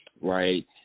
right